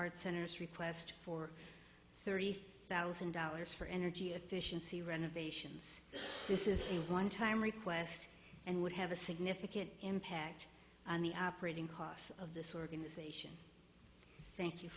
hill arts center is request for thirty thousand dollars for energy efficiency renovations this is a one time request and would have a significant impact on the operating costs of this organization thank you